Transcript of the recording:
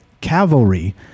cavalry